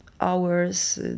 hours